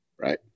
right